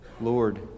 Lord